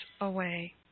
away